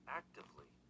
actively